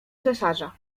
cesarza